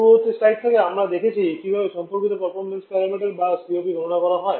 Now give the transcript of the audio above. পূর্ববর্তী স্লাইড থেকে আমরা দেখেছি কীভাবে সম্পর্কিত পারফরম্যান্স প্যারামিটার এবং COP গণনা করতে হয়